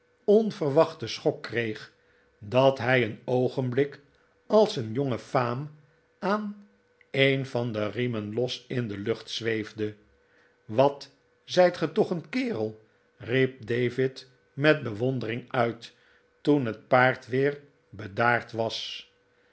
onverwachten schok kreeg dat hij een oogenblik als een jonge faam aan een van de riemen los in de lucht zweefde wat zijt ge toch een kerel riep david met bewondering uit toen het paard weer bedaard was